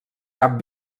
cap